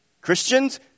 Christians